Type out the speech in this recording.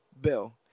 Bill